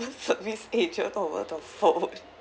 service agent over the phone